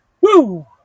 Woo